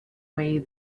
way